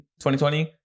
2020